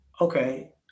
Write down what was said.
okay